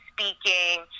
speaking